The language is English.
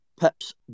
Pips